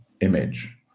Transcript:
image